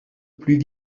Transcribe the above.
plus